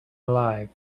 alive